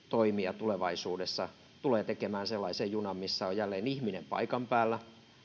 toimija tulevaisuudessa tulee tekemään sellaisen junan missä on jälleen ihminen paikan päällä